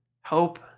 hope